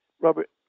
Robert